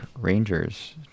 Rangers